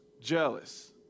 jealous